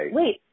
wait